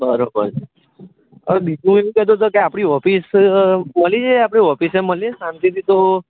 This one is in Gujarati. બરોબર છે હવે બીજું એવું કહેતો તો કે આપણી ઓફિસ ખોલી છે આપણી ઓફિસે મળીએ શાંતિથી તો